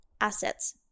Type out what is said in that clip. assets